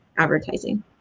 advertising